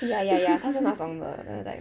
ya ya ya 他是那种的 then I was like